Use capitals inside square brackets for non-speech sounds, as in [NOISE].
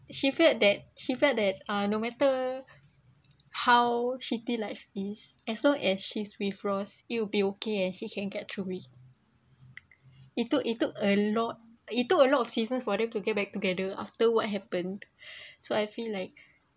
she felt that she felt that ah no matter how shitty life is as long as she's with ross it will be okay and she can get through it it took it took a lot it took a lot of seasons for them to get back together after what happened [BREATH] so I feel like